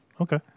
Okay